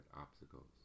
obstacles